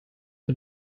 mit